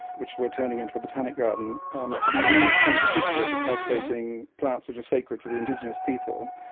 which we are turning into a botanic garden to be used in particular for cultivating plants which are sacred to the indigenous people,